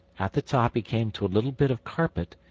at the top he came to a little bit of carpet,